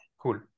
Cool